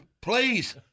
Please